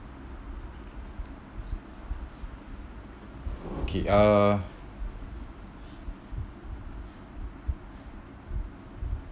K uh